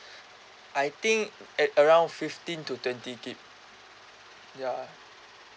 I think at around fifteen to twenty gig ya